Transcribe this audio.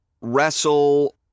wrestle